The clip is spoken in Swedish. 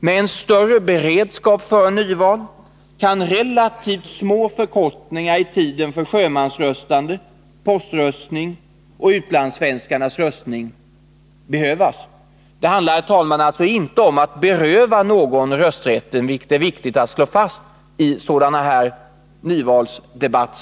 Med en större beredskap för nyval kan det behövas relativt små förkortningar i tiden för sjömännens röstande, poströstning och utlandssvenskarnas röstande. Det handlar, herr talman, alltså inte om att beröva någon rösträtten, vilket är viktigt att slå fast i en sådan här nyvalsdebatt.